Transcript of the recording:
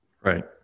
Right